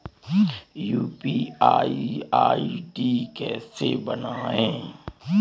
UPI ID कैसे बनाते हैं?